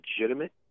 legitimate